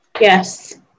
Yes